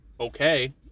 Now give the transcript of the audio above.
okay